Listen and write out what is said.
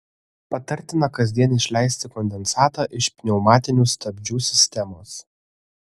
patartina kasdien išleisti kondensatą iš pneumatinių stabdžių sistemos